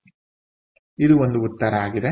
ಆದ್ದರಿಂದ ಇದು ಒಂದು ಉತ್ತರ ಆಗಿದೆ